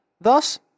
Thus